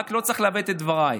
רק לא צריך לעוות את דבריי.